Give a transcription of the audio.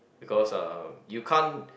because uh you can't